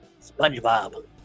SpongeBob